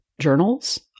journals